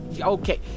Okay